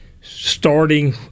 starting